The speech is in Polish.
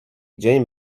dzień